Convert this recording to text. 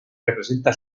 representa